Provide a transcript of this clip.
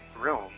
room